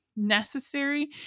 necessary